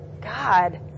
god